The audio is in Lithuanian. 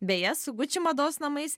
beje su gucci mados namais